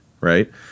Right